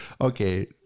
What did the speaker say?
Okay